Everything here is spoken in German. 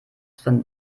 von